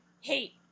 hate